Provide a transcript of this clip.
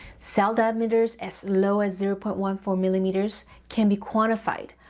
cell diameters as low as zero point one four millimeters can be quantified,